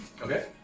Okay